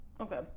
Okay